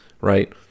right